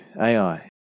Ai